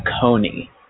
coney